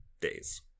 days